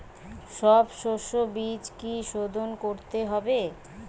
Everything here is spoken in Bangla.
সব শষ্যবীজ কি সোধন করতে হবে?